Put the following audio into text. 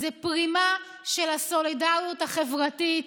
זו פרימה של הסולידריות החברתית,